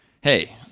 hey